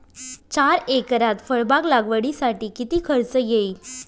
चार एकरात फळबाग लागवडीसाठी किती खर्च येईल?